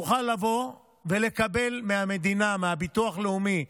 תוכל לבוא ולקבל מהמדינה, מהביטוח לאומי,